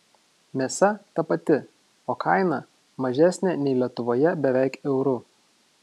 mėsa ta pati o kaina mažesnė nei lietuvoje beveik euru